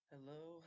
Hello